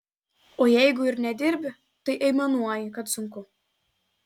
o jeigu ir nedirbi tai aimanuoji kad sunku